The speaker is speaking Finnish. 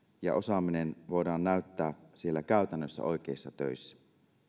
ja osaaminen voidaan näyttää siellä käytännössä oikeissa töissä